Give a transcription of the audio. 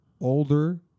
older